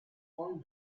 corn